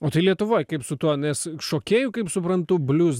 o tai lietuvoj kaip su tuo nes šokėjų kaip suprantu bliuz